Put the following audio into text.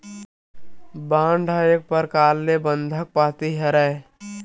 bond ह एक परकार ले बंधक पाती हरय